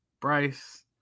Bryce